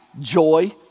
joy